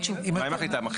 מה היא מחליטה?